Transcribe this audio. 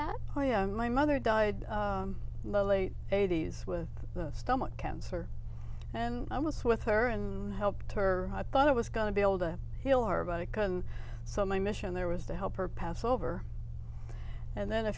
that oh yeah my mother died in the late eighty's with the stomach cancer and i was with her and help her i thought i was going to be able to heal her about it because and so my mission there was to help her pass over and then a